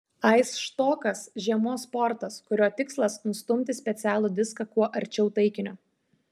aisštokas žiemos sportas kurio tikslas nustumti specialų diską kuo arčiau taikinio